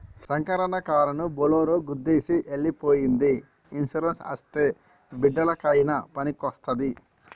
శంకరన్న కారుని బోలోరో గుద్దేసి ఎల్లి పోయ్యింది ఇన్సూరెన్స్ అస్తే బిడ్డలకయినా పనికొస్తాది